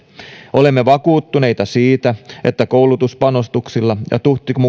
olemme vakuuttuneita siitä että koulutuspanostuksilla ja